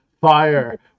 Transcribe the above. fire